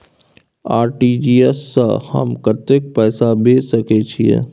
RTG S स हम कत्ते पैसा भेज सकै छीयै?